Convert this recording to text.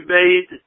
made